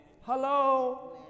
Hello